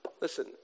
listen